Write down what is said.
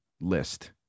list